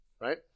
right